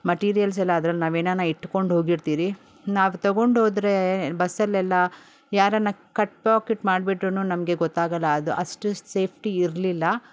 materials ಎಲ್ಲ ಅದ್ರಲ್ಲಿ ನಾವು ಏನಾರು ಇಟ್ಕೊಂಡು ಹೋಗಿರ್ತೀರಿ ನಾವು ತೊಗೊಂಡು ಹೋದರೆ ಬಸ್ಸಲ್ಲೆಲ್ಲ ಯಾರಾರು ಕಟ್ ಪಾಕೆಟ್ ಮಾಡಿಬಿಟ್ರೂ ನಮಗೆ ಗೊತ್ತಾಗೋಲ್ಲ ಅದು ಅಷ್ಟು ಸೇಫ್ಟಿ ಇರಲಿಲ್ಲ